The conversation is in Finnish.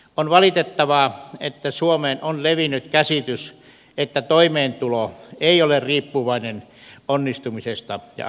on valitettavaa että suomeen on levinnyt käsitys että toimeentulo ei ole riippuvainen onnistumisesta ja ansioista